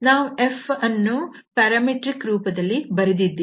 ನಾವು F ಅನ್ನೂ parametric ರೂಪದಲ್ಲಿ ಬರೆದಿದ್ದೇವೆ